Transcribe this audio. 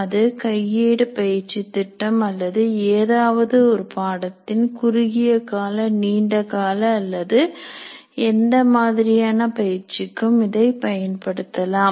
அது கையேடு பயிற்சி திட்டம் அல்லது ஏதாவது ஒரு பாடத்தின் குறுகியகால நீண்டகால அல்லது எந்த மாதிரியான பயிற்சிக்கும் இதை பயன்படுத்தலாம்